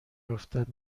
افتد